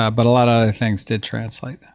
ah but a lot of other things did translate